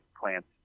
plants